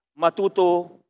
matuto